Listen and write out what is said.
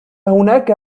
هناك